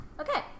Okay